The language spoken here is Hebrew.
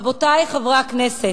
רבותי חברי הכנסת,